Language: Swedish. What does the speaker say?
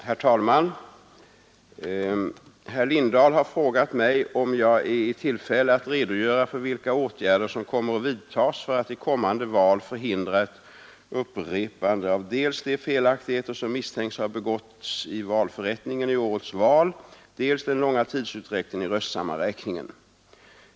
Herr talman! Herr Lindahl har frågat mig om jag är i tillfälle att redogöra för vilka åtgärder som kommer att vidtas för att i kommande val förhindra ett upprepande av dels de felaktigheter som misstänks ha begåtts i valförrättningen i årets val, dels den långa tidsutdräkten i röstsammanräkningen.